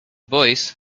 boys